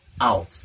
out